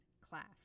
class